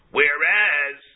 Whereas